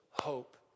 Hope